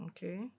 Okay